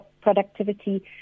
productivity